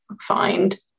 find